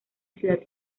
ciudad